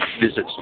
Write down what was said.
visit